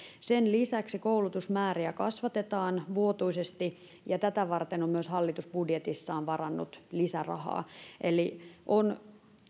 sen lisäksi koulutusmääriä kasvatetaan vuotuisesti ja tätä varten on myös hallitus budjetissaan varannut lisärahaa eli on